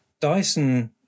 Dyson